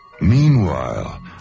Meanwhile